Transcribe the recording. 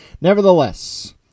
Nevertheless